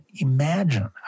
imagine